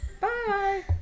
Bye